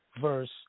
verse